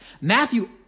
Matthew